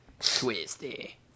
Twisty